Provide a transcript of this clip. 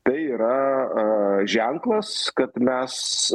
tai yra ženklas kad mes